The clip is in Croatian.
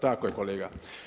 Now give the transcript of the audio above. Tako je kolega.